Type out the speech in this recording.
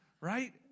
Right